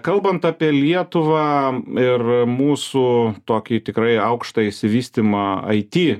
kalbant apie lietuvą ir mūsų tokį tikrai aukštą išsivystymą aiti